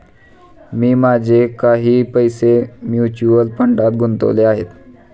मी माझे काही पैसे म्युच्युअल फंडात गुंतवले आहेत